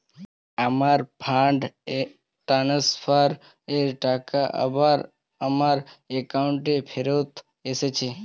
আমার fund transfer এর টাকা আবার আমার একাউন্টে ফেরত এসেছে